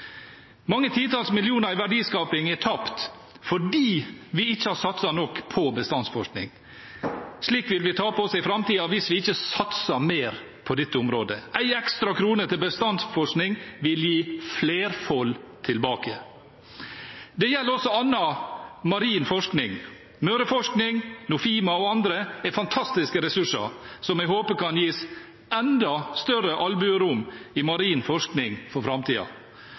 Mange titalls millioner i verdiskaping er tapt fordi vi ikke har satset nok på bestandsforskning. Slik vil vi tape også i framtiden hvis vi ikke satser mer på dette området. Én ekstra krone til bestandsforskning vil gi flerfoldige tilbake. Det gjelder også annen marin forskning. Møreforsking, Nofima og andre er fantastiske ressurser, som jeg håper kan gis enda større albuerom i marin forskning for